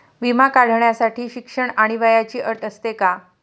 विमा काढण्यासाठी शिक्षण आणि वयाची अट असते का?